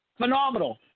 Phenomenal